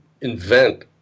invent